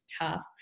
tough